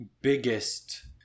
biggest